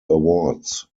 awards